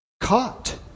caught